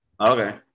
Okay